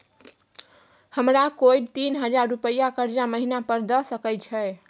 हमरा कोय तीन हजार रुपिया कर्जा महिना पर द सके छै?